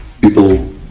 people